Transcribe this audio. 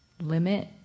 limit